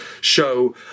show